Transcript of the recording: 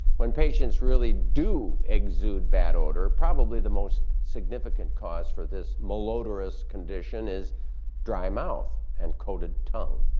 when patients really do exude bad odor, probably the most significant cause for this malodorous condition is dry mouth and coated tongue,